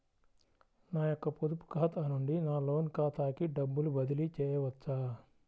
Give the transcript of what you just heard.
నా యొక్క పొదుపు ఖాతా నుండి నా లోన్ ఖాతాకి డబ్బులు బదిలీ చేయవచ్చా?